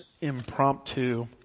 impromptu